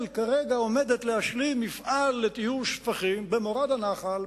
ישראל כרגע עומדת להשלים מפעל לטיהור שפכים במורד הנחל,